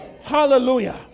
Hallelujah